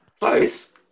Close